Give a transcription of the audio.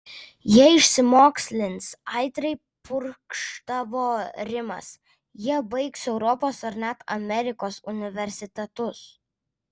jie išsimokslins aitriai purkštavo rimas jie baigs europos ar net amerikos universitetus